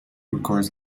records